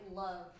love